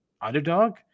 underdog